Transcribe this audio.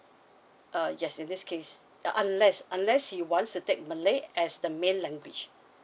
err yes in this case unless unless he wants to take malay as the main language